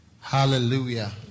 Hallelujah